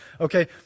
Okay